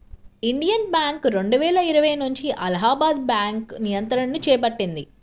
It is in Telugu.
ఇండియన్ బ్యాంక్ రెండువేల ఇరవై నుంచి అలహాబాద్ బ్యాంకు నియంత్రణను చేపట్టింది